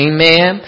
Amen